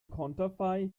konterfei